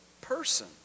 person